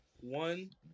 One